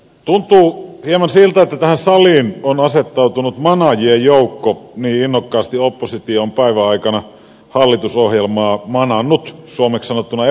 tuntuu hieman siltä että tähän saliin on asettautunut manaajien joukko niin innokkaasti oppositio on päivän aikana hallitusohjelmaa manannut suomeksi sanottuna epäonnistumaan